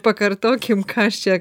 pakartokim ką aš čia